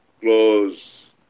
close